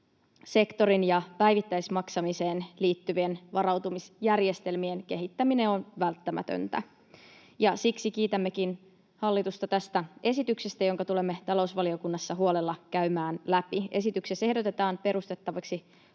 pankkisektorin ja päivittäismaksamiseen liittyvien varautumisjärjestelmien kehittäminen on välttämätöntä, ja siksi kiitämmekin hallitusta tästä esityksestä, jonka tulemme talousvaliokunnassa huolella käymään läpi. Esityksessä ehdotetaan perustettavaksi